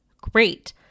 great